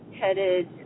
headed